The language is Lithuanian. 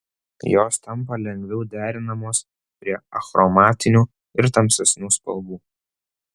jos tampa lengviau derinamos prie achromatinių ir tamsesnių spalvų